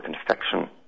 infection